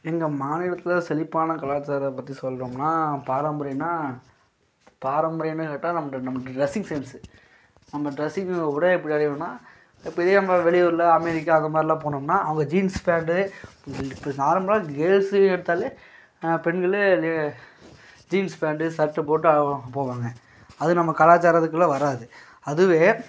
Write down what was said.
எங்கள் மாநிலத்தில் செழிப்பான கலாச்சாரம் பற்றி சொல்லணும்னா பாரம்பரியன்னால் பாரம்பரியம்னு கேட்டால் ட்ரெஸ்ஸிங் சென்ஸு நம்ம ட்ரெஸ்ஸிங் உடை எப்படி அணிவோனால் நம்ப வெளியூரில் அமேரிக்கா அதைமாரிலாம் போனோம்னா அவங்க ஜீன்ஸ் பேன்டு இப்போ நார்மலாக கேர்ள்சுனு எடுத்தாலே பெண்களும் ஜீன்ஸ் பேன்டு சர்ட் போட்டு அவங்க போவாங்க அது நம்ம கலாச்சாரத்துக்குள்ளே வராது அதுவே